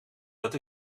dat